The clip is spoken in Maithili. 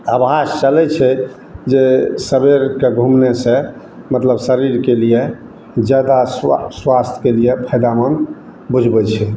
चलै छै जे सबेर कऽ घुमने से मतलब शरीरके लिए जादा स्वास्थके लिए फायदामन्द बुझबै छै